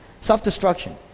self-destruction